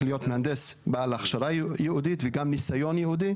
להיות מהנדס בעל הכשרה ייעודית וגם ניסיון ייעודי